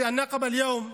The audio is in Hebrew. (אומר דברים בשפה הערבית,